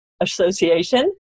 Association